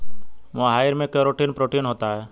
मोहाइर में keratin protein होता है